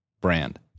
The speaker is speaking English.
brand